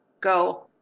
go